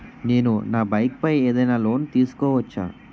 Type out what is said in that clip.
నేను నా బైక్ పై ఏదైనా లోన్ తీసుకోవచ్చా?